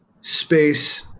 space